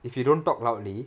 if you don't talk loudly